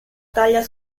taglia